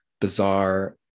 bizarre